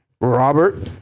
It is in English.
Robert